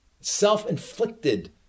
Self-inflicted